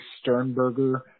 Sternberger